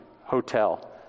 hotel